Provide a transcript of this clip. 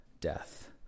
death